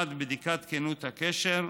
1. בדיקת כנות הקשר.